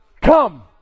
come